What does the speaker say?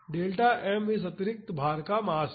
delta m इस अतिरिक्त भार का मास है